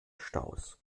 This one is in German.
staus